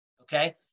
okay